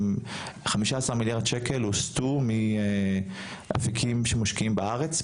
15 מיליארד שקל הוסטו מאפיקים שמושקעים בארץ,